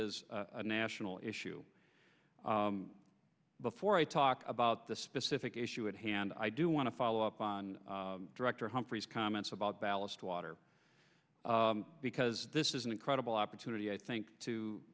is a national issue before i talk about the specific issue at hand i do want to follow up on director humphries comments about ballast water because this is an incredible opportunity i think to